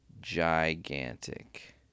gigantic